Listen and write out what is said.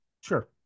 sure